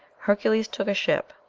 hercules took a ship,